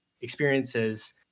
experiences